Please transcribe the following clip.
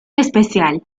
especial